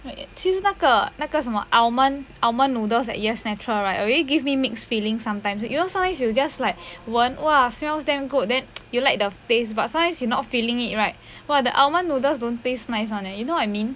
其实那个那个什么 almond almond noodles like yes natural right already give me mix feeling sometimes you know sometimes you just like 闻 !wah! smells damn good then you like the taste but sometimes you not feeling it right !wah! the almond noodles don't taste nice [one] eh you know what I mean